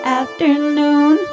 afternoon